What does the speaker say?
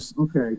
okay